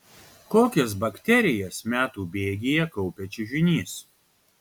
kokias bakterijas metų bėgyje kaupia čiužinys